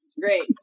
Great